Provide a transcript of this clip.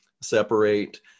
separate